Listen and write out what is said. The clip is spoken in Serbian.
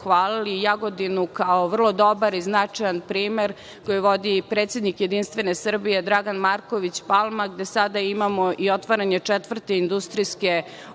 pohvalili Jagodinu, kao vrlo dobar i značajan primer koju vodi predsednik Jedinstvene Srbije, Dragan Marković Palma, gde sada imamo i otvaranje četvrte industrijske zone